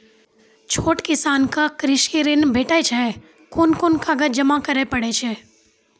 छोट किसानक कृषि ॠण भेटै छै? कून कून कागज जमा करे पड़े छै?